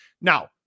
Now